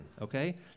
okay